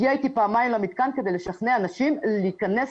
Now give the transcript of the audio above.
הגיעה איתי פעמיים למתקן כדי לשכנע נשים להיכנס